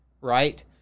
right